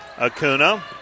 Acuna